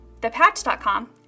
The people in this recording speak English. thepatch.com